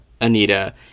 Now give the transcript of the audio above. Anita